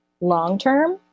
long-term